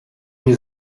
nie